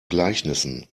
gleichnissen